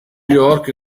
york